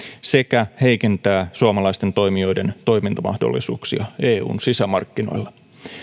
sekä heikentää suomalaisten toimijoiden toimintamahdollisuuksia eun sisämarkkinoilla